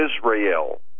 Israel